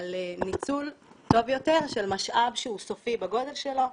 על ניצול טוב יותר של משאב שהוא סופי בגודל שלו,